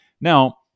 Now